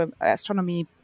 astronomy